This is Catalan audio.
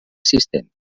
assistent